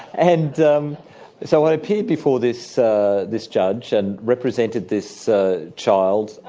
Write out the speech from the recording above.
and um so i appeared before this this judge and represented this child,